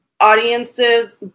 audiences